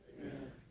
Amen